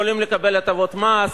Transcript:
יכולים לקבל הטבות מס,